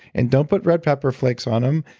and don't put red pepper flakes on them.